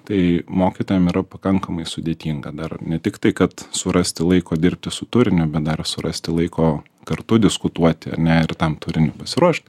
tai mokytojam yra pakankamai sudėtinga dar ne tiktai kad surasti laiko dirbti su turiniu bet dar surasti laiko kartu diskutuoti ane ir tam turiniui pasiruošt